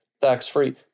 tax-free